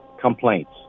complaints